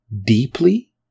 deeply